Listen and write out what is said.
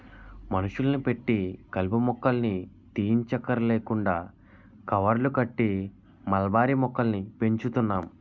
మనుషుల్ని పెట్టి కలుపు మొక్కల్ని తీయంచక్కర్లేకుండా కవర్లు కట్టి మల్బరీ మొక్కల్ని పెంచుతున్నాం